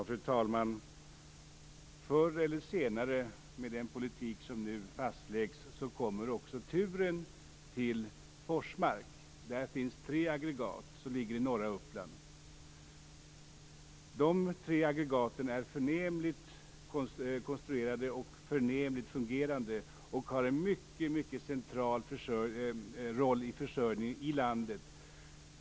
Fru talman! Förr eller senare med den politik som nu fastläggs kommer turen till Forsmark, som ligger i norra Uppland. Där finns tre aggregat. De tre aggregaten är förnämligt konstruerade, förnämligt fungerande och har en mycket central roll för försörjningen i landet.